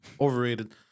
Overrated